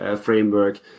framework